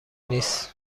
نیست